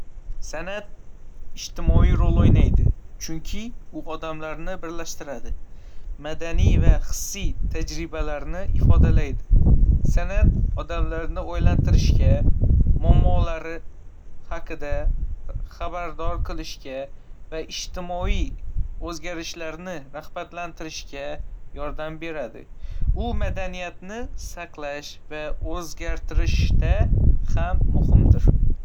San'at ijtimoiy ro'l o'ynaydi, chunki u odamlarni birlashtiradi, madaniy va hissiy tajribalarni ifodalaydi. San'at odamlarni o'ylantirishga, muammolari haqida xabardor qilishga va ijtimoiy o'zgarishlarni rag'batlantirishga yordam beradi. U madaniyatni saqlash va o'zgartirishda ham muhimdir.